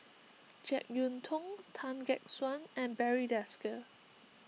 Jek Yeun Thong Tan Gek Suan and Barry Desker